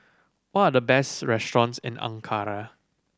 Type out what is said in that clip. what are the best restaurants in Ankara